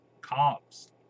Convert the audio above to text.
cops